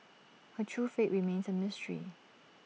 her true fate remains A mystery